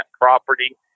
property